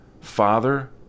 Father